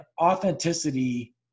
authenticity